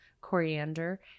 coriander